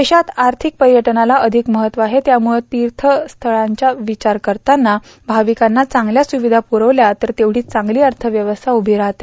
देशात आर्थिक पर्यटनाला अधिक महत्त्व आहे त्यामुळं तीर्यस्थळांचा विचार करताना भाविकांना चांगल्या सुविया पुरविल्या तर तेवढीच चांगली अर्थव्यवस्था उमी राहते